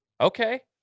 Okay